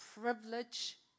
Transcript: privilege